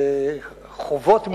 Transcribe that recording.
חובות מוסריים.